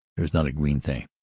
there is not a green thing.